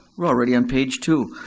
we're already on page two.